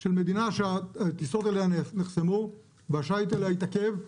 של מדינה שטיסות אליה נחסמו והשיט אליה התעכב.